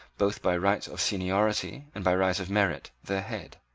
both by right of seniority and by right of merit, their head